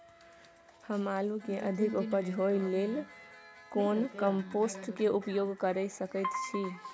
हम आलू के अधिक उपज होय लेल कोन कम्पोस्ट के उपयोग कैर सकेत छी?